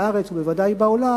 בארץ ובוודאי בעולם,